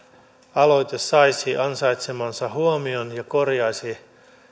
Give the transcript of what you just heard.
aloite saisi ansaitsemansa huomion ja korjaisi